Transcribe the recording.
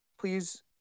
please